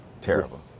terrible